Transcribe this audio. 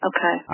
Okay